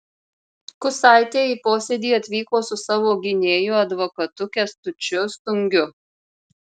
kusaitė į posėdį atvyko su savo gynėju advokatu kęstučiu stungiu